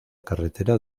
carretera